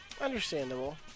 Understandable